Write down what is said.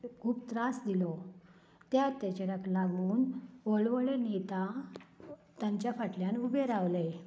खूब त्रास दिलो त्या अत्याचाराक लागून व्डलें व्हडलें नेता तांच्या फाटल्यान उबें रावलें